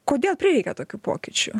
kodėl prireikė tokių pokyčių